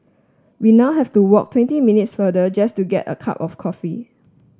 we now have to walk twenty minutes farther just to get a cup of coffee